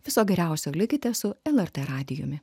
viso geriausio likite su lrt radijumi